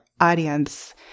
audience